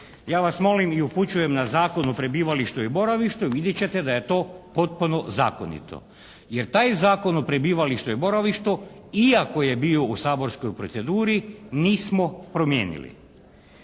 ja vas molim i upućujem na Zakon o prebivalištu i boravištu i vidjet ćete da je to potpuno zakonito, jer taj Zakon o prebivalištu i boravištu iako je bio u saborskoj proceduri nismo promijenili.